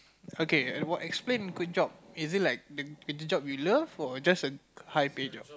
okay err explain good job is it like the job you love or just a high pay job